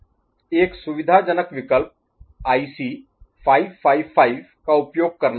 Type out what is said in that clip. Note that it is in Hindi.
एक सुविधाजनक विकल्प आईसी 555 का उपयोग करना है